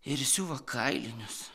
ir siuva kailinius